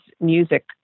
music